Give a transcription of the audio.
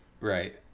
right